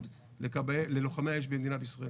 יעשה טוב מאוד ללוחמי האש במדינת ישראל.